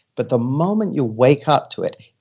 but the moment you wake up to it,